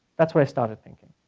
that's where i started thinking.